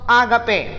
agape